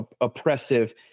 oppressive